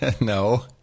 No